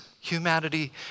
humanity